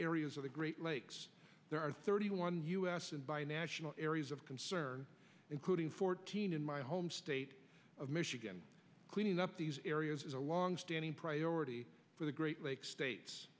areas of the great lakes there are thirty one u s and bi national areas of concern including fourteen in my home state of michigan cleaning up these areas is a longstanding priority for the great lakes states